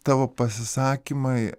tavo pasisakymai